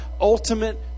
ultimate